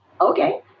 Okay